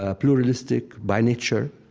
ah pluralistic by nature,